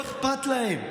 לא אכפת להם,